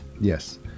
yes